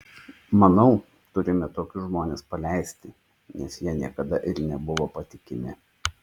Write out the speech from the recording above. manau turime tokius žmones paleisti nes jie niekada ir nebuvo patikimi